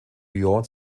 lyon